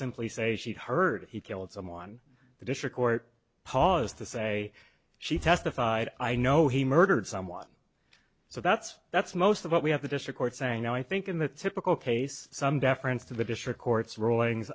simply say she heard he killed someone the district court paused to say she testified i know he murdered someone so that's that's most of what we have the district court saying no i think in the typical case some deference to the district court's rulings